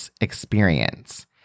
experience